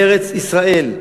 בארץ-ישראל,